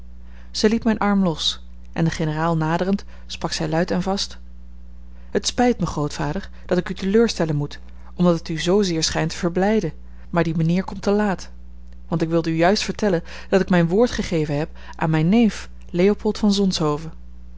zij liet mijn arm los en den generaal naderend sprak zij luid en vast het spijt mij grootvader dat ik u teleurstellen moet omdat het u zoozeer schijnt te verblijden maar die mijnheer komt te laat want ik wilde u juist vertellen dat ik mijn woord gegeven heb aan mijn neef leopold van zonshoven